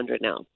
now